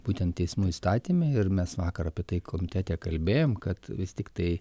būtent teismų įstatyme ir mes vakar apie tai komitete kalbėjome kad vis tiktai